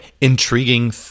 intriguing